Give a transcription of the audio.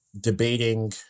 debating